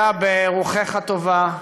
לאה, ברוחך הטובה,